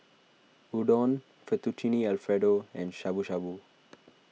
Udon Fettuccine Alfredo and Shabu Shabu